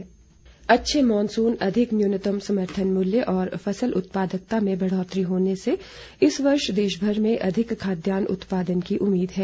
खाद्यान्न अच्छे मानसून अधिक न्यूनतम समर्थन मूल्य और फसल उत्पादकता में बढ़ोतरी होने से इस वर्ष देशभर में अधिक खाद्यान्न उत्पादन की उम्मीद है